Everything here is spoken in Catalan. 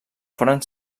foren